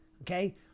okay